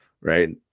Right